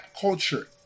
culture